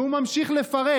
והוא ממשיך לפרט.